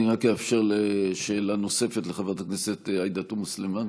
אני רק אאפשר שאלה נוספת לחברת הכנסת עאידה תומא סלימאן.